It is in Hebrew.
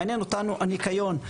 מעניין אותנו הניקיון.